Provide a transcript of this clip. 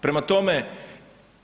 Prema tome,